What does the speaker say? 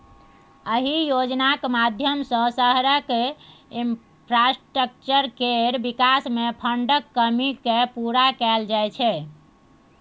अहि योजनाक माध्यमसँ शहरक इंफ्रास्ट्रक्चर केर बिकास मे फंडक कमी केँ पुरा कएल जाइ छै